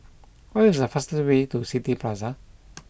what is the fastest way to City Plaza